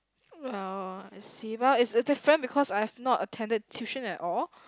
well I see well it's uh different because I have not attended tuition at all